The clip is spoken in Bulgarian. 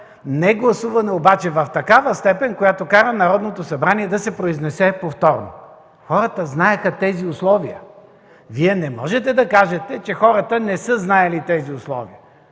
Негласуване обаче в такава степен, която кара Народното събрание да се произнесе повторно. Хората знаеха тези условия. Вие не можете да кажете, че хората не са знаели тези условия.